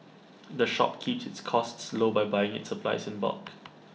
the shop keeps its costs low by buying its supplies in bulk